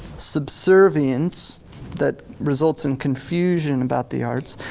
subservience that results in confusion about the arts,